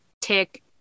tick